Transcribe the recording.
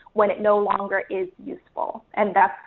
when it no longer is useful. and that's,